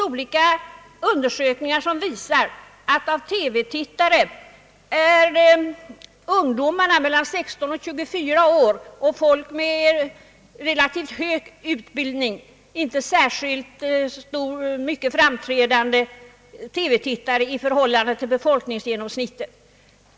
Olika undersökningar visar att av TV-tittarna är ungdomar i åldrarna mellan 16 och 24 år samt folk med relativt hög utbildning inte särskilt framträdande TV-tittare i förhållande till befolkningsgenomsnittet.